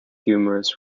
humorous